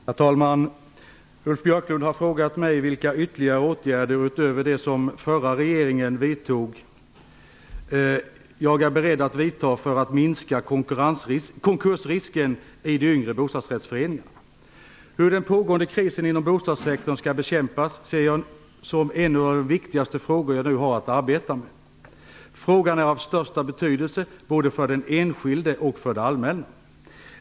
Herr talman! Ulf Björklund har frågat mig vilka ytterligare åtgärder - utöver de som den förra regeringen vidtog - jag är beredd att vidta för att minska konkursrisken i de yngre bostadsrättsföreningarna. Hur den pågående krisen inom bostadssektorn skall bekämpas ser jag som en av de viktigaste frågor jag nu har att arbeta med. Frågan är av största betydelse både för den enskilde och för det allmänna.